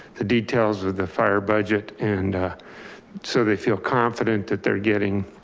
the details of the fire budget. and so they feel confident that they're getting